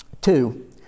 Two